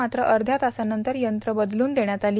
मात्र अर्थ्या तासानंतर यंत्र बदलून देष्यात आली